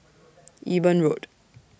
Eben Road